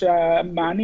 אתה האיש